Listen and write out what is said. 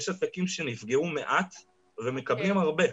יש עסקים שנפגעו מעט ומקבלים הרבה,